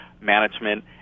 management